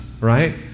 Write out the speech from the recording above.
right